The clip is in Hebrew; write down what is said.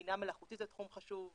שבינה מלאכותית זה תחום חשוב,